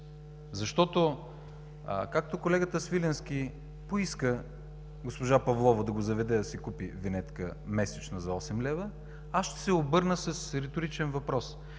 защото както колегата Свиленски поиска – госпожа Павлова да го заведе, за да си купи месечна винетка за 8 лв., аз ще се обърна с риторичен въпрос: